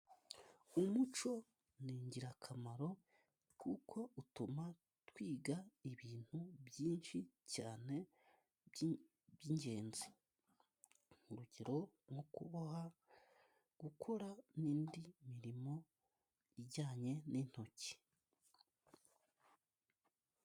Umuco ni ingirakamaro kuko utuma twiga ibintu byinshi cyane, byingenzi urugero: nko kuboha, gukora n' indi mirimo ijyanye n' intoki.